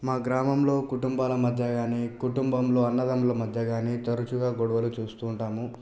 మా గ్రామంలో కుటుంబాల మధ్య గానీ కుటుంభంలో అన్నదమ్ముల మధ్య గానీ తరచుగా గొడవలు చూస్తూ ఉంటాము